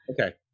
Okay